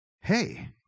hey